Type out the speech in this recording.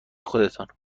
خودتان